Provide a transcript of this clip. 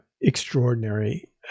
extraordinary